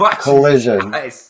collision